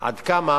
עד כמה